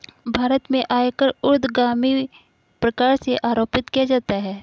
भारत में आयकर ऊर्ध्वगामी प्रकार से आरोपित किया जाता है